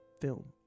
film